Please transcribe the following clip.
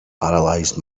paralysed